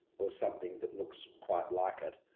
or something that looks quite like it,